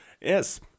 Yes